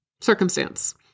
Circumstance